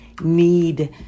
need